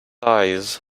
eyes